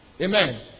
Amen